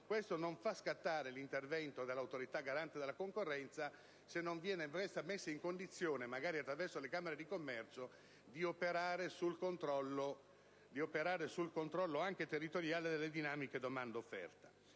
Questo non fa scattare l'intervento dell'Autorità garante della concorrenza, se questa non viene messa in condizione, magari attraverso le camere di commercio, di operare anche sul controllo territoriale delle dinamiche domanda-offerta.